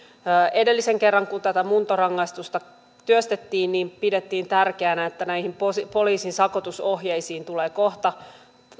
edellisen kerran kun tätä muuntorangaistusta työstettiin pidettiin tärkeänä että näihin poliisin sakotusohjeisiin tulee kohta